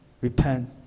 repent